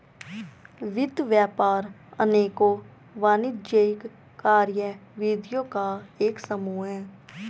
वित्त व्यापार अनेकों वाणिज्यिक कार्यविधियों का एक समूह है